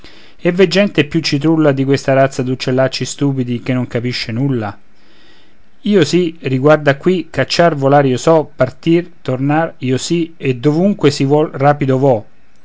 e v'è gente più citrulla di questa razza d'uccellacci stupidi che non capisce nulla io sì riguarda qui cacciar volar io so partir tornare io sì e dovunque si vuol rapido vo